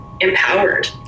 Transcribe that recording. empowered